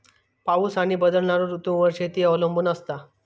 पाऊस आणि बदलणारो ऋतूंवर शेती अवलंबून असता